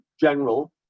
general